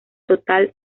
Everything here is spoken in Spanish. total